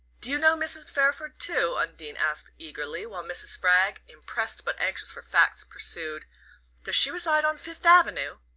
do you know mrs. fairford too? undine asked eagerly while mrs. spragg, impressed, but anxious for facts, pursued does she reside on fifth avenue?